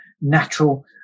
natural